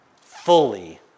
fully